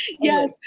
Yes